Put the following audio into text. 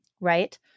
right